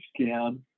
scan